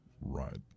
Right